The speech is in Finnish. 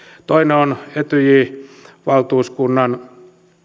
toinen on etyj valtuuskunnan